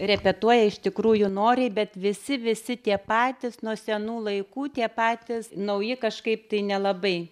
repetuoja iš tikrųjų noriai bet visi visi tie patys nuo senų laikų tie patys nauji kažkaip tai nelabai